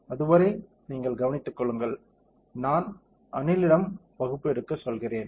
அதுவரை நீங்கள் கவனித்துக் கொள்ளுங்கள் நான் அனிலிடம் வகுப்பு எடுக்க சொல்கிறேன்